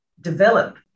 develop